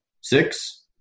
Six